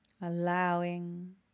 Allowing